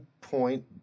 point